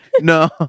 No